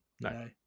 No